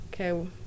Okay